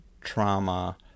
trauma